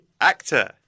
actor